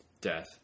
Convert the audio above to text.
death